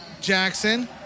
Jackson